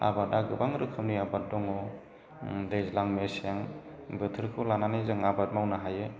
आबादा गोबां रोखोमनि आबाद दङ दैज्लां मेसें बोथोरखौ लानानै जोङो आबाद मावनो हायो